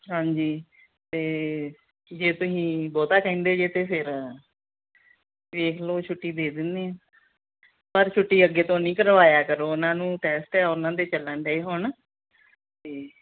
ਹਾਂਜੀ ਅਤੇ ਜੇ ਤੁਸੀਂ ਬਹੁਤਾ ਕਹਿੰਦੇ ਜੇ ਤਾਂ ਫਿਰ ਦੇਖ ਲਓ ਛੁੱਟੀ ਦੇ ਦਿੰਦੇ ਹਾਂ ਪਰ ਛੁੱਟੀ ਅੱਗੇ ਤੋਂ ਨਹੀਂ ਕਰਵਾਇਆ ਕਰੋ ਉਹਨਾਂ ਨੂੰ ਟੈਸਟ ਹੈ ਉਹਨਾਂ ਦੇ ਚਲਣ ਡੇ ਹੁਣ ਅਤੇ